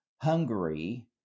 Hungary